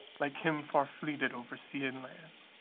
like him far-fleeted over sea and land.